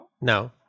No